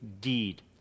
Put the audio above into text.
deed